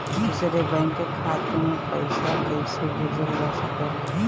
दूसरे बैंक के खाता में पइसा कइसे भेजल जा सके ला?